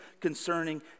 concerning